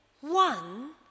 one